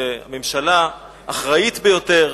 של ממשלה אחראית ביותר,